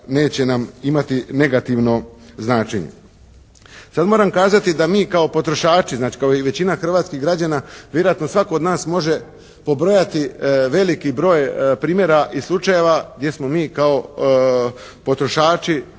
neće nam imati negativno značenje. Sad moram kazati da mi kao potrošači, znači kao i većina hrvatskih građana vjerojatno svatko od nas može pobrojati veliki broj primjera i slučajeva gdje smo mi kao potrošači